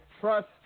trust